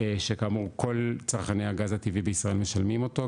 שכאמור כל צרכני הגז הטבעי בישראל משלמים אותו,